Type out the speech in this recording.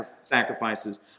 sacrifices